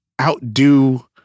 outdo